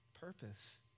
purpose